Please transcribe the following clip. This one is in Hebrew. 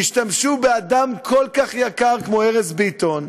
השתמשו באדם כל כך יקר כמו ארז ביטון.